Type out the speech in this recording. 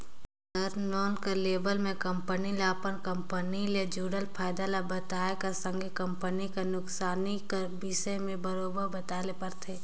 term loan कर लेवब में कंपनी ल अपन कंपनी ले जुड़ल फयदा ल बताए कर संघे कंपनी कर नोसकानी कर बिसे में बरोबेर बताए ले परथे